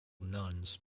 nuns